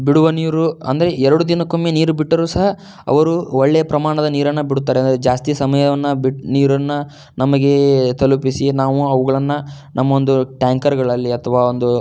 ಬಿಡುವ ನೀರು ಅಂದರೆ ಎರಡು ದಿನಕ್ಕೊಮ್ಮೆ ನೀರು ಬಿಟ್ಟರೂ ಸಹ ಅವರು ಒಳ್ಳೆ ಪ್ರಮಾಣದ ನೀರನ್ನು ಬಿಡ್ತಾರೆ ಅಂದರೆ ಜಾಸ್ತಿ ಸಮಯವನ್ನು ಬಿಟ್ಟು ನೀರನ್ನು ನಮಗೆ ತಲುಪಿಸಿ ನಾವು ಅವುಗಳನ್ನು ನಮ್ಮ ಒಂದು ಟ್ಯಾಂಕರ್ಗಳಲ್ಲಿ ಅಥವಾ ಒಂದು